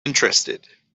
interested